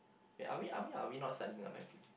eh are we are we are we not studying at my pl~